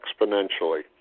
exponentially